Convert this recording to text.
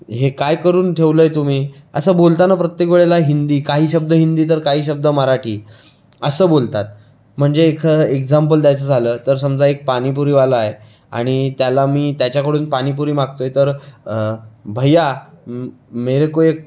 हे काय करून ठेवलं आहे तुम्ही असं बोलताना प्रत्येक वेळेला हिंदी काही शब्द हिंदी तर काही शब्द मराठी असं बोलतात म्हणजे एख एक्झाम्पल द्यायचं झालं तर समजा एक पाणीपुरीवाला आहे आणि त्याला मी त्याच्याकडून पाणीपुरी मागतो आहे तर भैया मेरे को एक